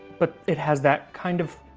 but it has that kind of,